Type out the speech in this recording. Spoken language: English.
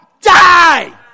Die